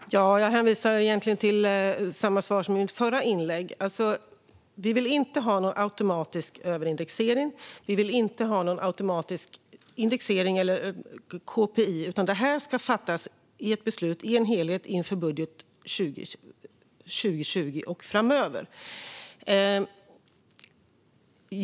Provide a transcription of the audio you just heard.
Herr talman! Jag hänvisar egentligen till samma svar som i mitt förra inlägg. Vi vill inte ha någon automatisk överindexering eller något KPI, utan detta ska det fattas beslut om i en helhet inför budget 2020 och framöver.